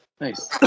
Nice